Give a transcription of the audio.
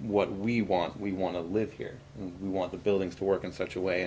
what we want we want to live here we want the buildings to work in such a way